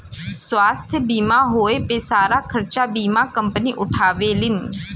स्वास्थ्य बीमा होए पे सारा खरचा बीमा कम्पनी उठावेलीन